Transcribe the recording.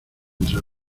entre